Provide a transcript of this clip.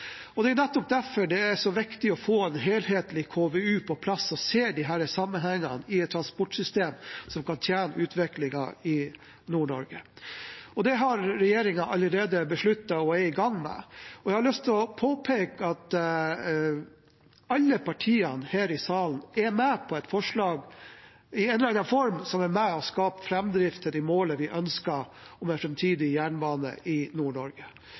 Det er nettopp derfor det er så viktig å få en helhetlig KVU på plass, som ser disse sammenhengene i et transportsystem som kan tjene utviklingen i Nord-Norge, og det har regjeringen allerede besluttet, og er i gang med. Jeg har også lyst til å påpeke at alle partiene her i salen er med på et forslag, i en eller annen form, som er med på å skape framdrift til det målet vi ønsker: en framtidig jernbane i